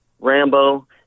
Rambo